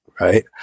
Right